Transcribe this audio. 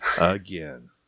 again